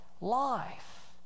life